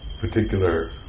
particular